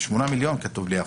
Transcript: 8 מיליון, כתוב לי.